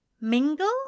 mingle